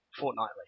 fortnightly